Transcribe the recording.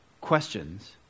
questions